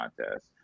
contest